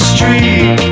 Street